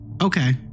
Okay